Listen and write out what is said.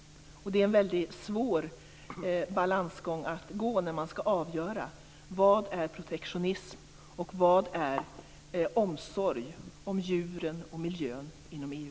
Det är en väldigt svår balansgång att gå när man skall avgöra vad som är protektionism och vad som är omsorg om djuren och miljön inom EU.